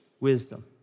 Wisdom